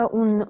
un